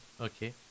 Okay